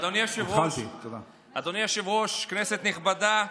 אדוני היושב-ראש, כנסת נכבדה,